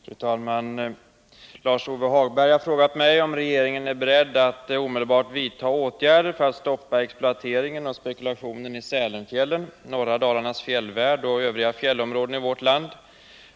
Fru talman! Lars-Ove Hagberg har frågat mig om regeringen är beredd att omedelbart vidta åtgärder för att stoppa exploateringen och spekulationen i Sälenfjällen, norra Dalarnas fjällvärld och övriga fjällområden i vårt land.